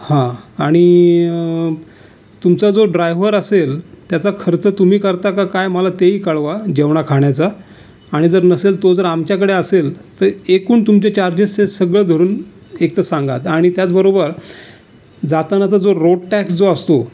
हां आणि तुमचा जो ड्रायव्हर असेल त्याचा खर्च तुम्ही करता का काय मला तेही कळवा जेवणाखाण्याचा आणि जर नसेल तो जर आमच्याकडे असेल तर एकूण तुमचे चार्जेसेस सगळं धरून एकतर सांगा आणि त्याचबरोबर जातानाचा जो रोड टॅक्स जो असतो